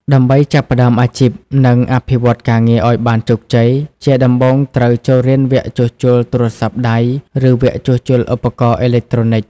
ដើម្បីចាប់ផ្តើមអាជីព និងអភិវឌ្ឍន៍ការងារឱ្យបានជោគជ័យ ជាដំបូងត្រូវចូលរៀនវគ្គជួសជុលទូរស័ព្ទដៃ ឬវគ្គជួសជុលឧបករណ៍អេឡិចត្រូនិច។